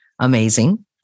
amazing